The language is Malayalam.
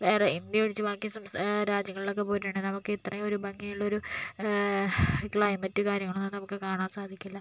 വേറെ ഇന്ത്യ ഒഴിച്ച് ബാക്കി സംസ്ഥാ രാജ്യങ്ങൾലൊക്കെ പോയിട്ടുണ്ടെങ്കിൽ നമുക്ക് ഇത്രയും ഒരു ഭംഗിയുള്ളൊരു ക്ലൈമറ്റ് കാര്യങ്ങളൊന്നും നമുക്ക് കാണാൻ സാധിക്കില്ല